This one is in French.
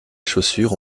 chaussures